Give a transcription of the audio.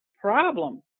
problem